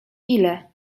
ile